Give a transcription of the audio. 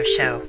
Show